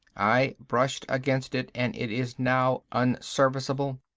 i brushed against it and it is now unserviceable.